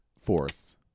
force